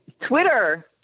Twitter